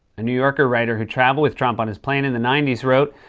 a new yorker writer who traveled with trump on his plane in the ninety s wrote,